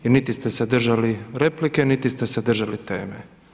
I niti ste se držali replike, niti ste se držali teme.